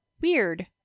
weird